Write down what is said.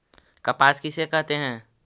कपास किसे कहते हैं?